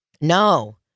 No